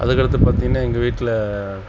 அதுக்கடுத்து பார்த்தீங்கன்னா எங்கள் வீட்டில்